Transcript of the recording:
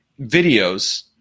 videos